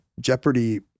Jeopardy